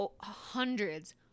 hundreds